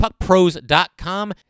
puckpros.com